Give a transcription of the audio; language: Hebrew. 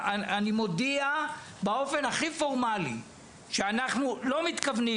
אני מודיע באופן הכי פורמלי שאנחנו לא מתכוונים